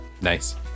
Nice